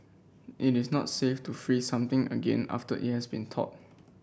it is not safe to freeze something again after it has been thawed